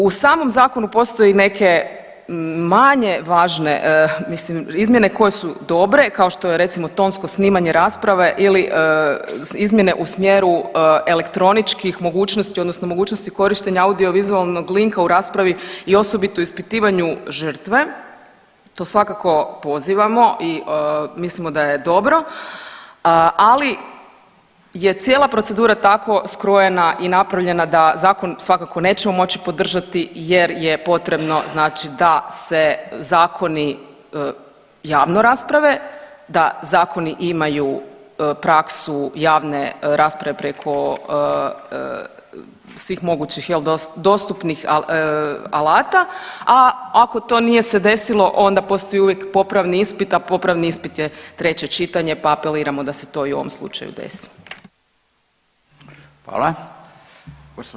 U samom zakonu postoje neke manje važne mislim izmjene koje su dobre kao što je recimo tonsko snimanje rasprave ili izmjene u smjeru elektroničkih mogućnosti odnosno mogućnosti korištenja audio vizualnog linka u raspravi i osobito ispitivanju žrtve, to svakako pozivamo i mislimo da je dobro, ali je cijela procedura tako skrojena i napravljena da zakon svakako nećemo moći podržati jer je potrebno znači da se zakoni javno rasprave, da zakoni imaju praksu javne rasprave preko svih mogućih jel dostupnih alata, a ako to nije se desilo onda postoji uvijek popravni ispit, a popravni ispit je treće čitanje, pa apeliramo da se to i u ovom slučaju desi.